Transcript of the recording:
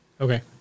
Okay